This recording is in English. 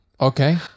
Okay